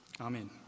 Amen